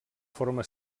forma